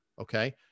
Okay